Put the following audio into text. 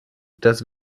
das